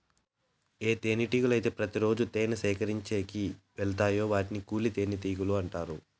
ఏ తేనెటీగలు అయితే ప్రతి రోజు తేనె సేకరించేకి వెలతాయో వాటిని కూలి తేనెటీగలు అంటారు